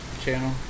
channel